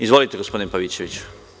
Izvolite gospodine Pavićeviću.